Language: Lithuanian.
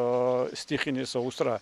a stichinė sausra